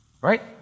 Right